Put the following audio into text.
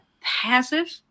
passive